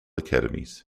academies